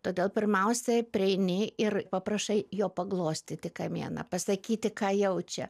todėl pirmiausia prieini ir paprašai jo paglostyti kamieną pasakyti ką jaučia